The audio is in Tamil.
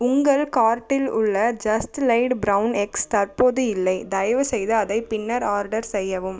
உங்கள் கார்ட்டில் உள்ள ஜஸ்ட் லெய்டு பிரவுன் எக்ஸ் தற்போது இல்லை தயவு செய்து அதை பின்னர் ஆர்டர் செய்யவும்